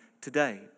today